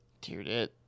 dude